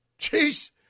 Jeez